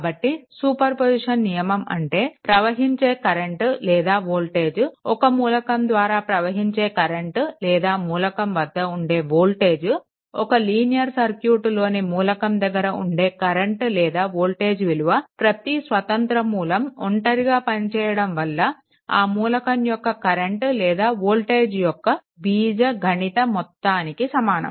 కాబట్టి సూపర్పొజిషన్ నియమం అంటే ప్రవహించే కరెంట్ లేదా వోల్టేజ్ ఒక మూలకం ద్వారా ప్రవహించే కరెంట్ లేదా మూలకం వద్ద ఉండే వోల్టేజ్ ఒక లీనియర్ సర్క్యూట్లోని మూలకం దగ్గర ఉండే కరెంట్ లేదా వోల్టేజ్ విలువ ప్రతి స్వతంత్ర మూలం ఒంటరిగా పనిచేయడం వల్ల ఆ మూలకం యొక్క కరెంట్ లేదా వోల్టేజ్ యొక్క బీజగణిత మొత్తానికి సమానం